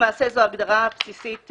למעשה זו הגדרה בסיסית,